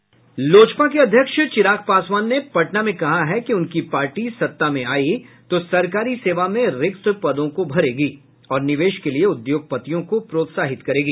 sound bite Lojpa के अध्यक्ष चिराग पासवान ने पटना में कहा है कि उनकी पार्टी सत्ता में आई तो सरकारी सेवा में रिक्त पदों को भरेगी और निवेश के लिये उद्योगपतियों को प्रोत्साहित करेगी